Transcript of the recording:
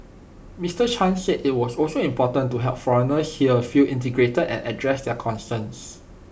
Mister chan said IT was also important to help foreigners here feel integrated and address their concerns